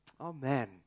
amen